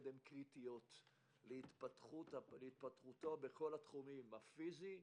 הן קריטיות להתפתחותו בכל התחומים הפיזי,